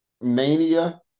Mania